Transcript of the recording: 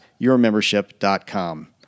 yourmembership.com